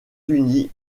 unis